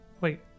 Wait